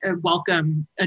welcome